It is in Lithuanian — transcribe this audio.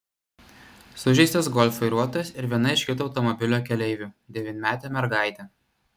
sužeistas golf vairuotojas ir viena iš kito automobilio keleivių devynmetė mergaitė